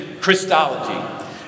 Christology